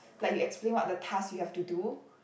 like you explain what the task you have to do